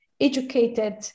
educated